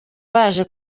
baje